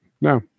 No